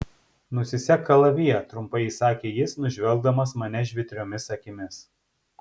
nusisek kalaviją trumpai įsakė jis nužvelgdamas mane žvitriomis akimis